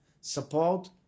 support